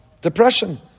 depression